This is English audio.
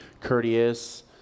courteous